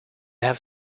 have